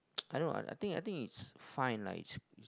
I don't know I think I think it's fine like it's